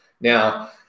Now